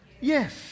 Yes